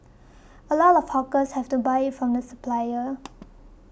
a lot of hawkers have to buy it from the supplier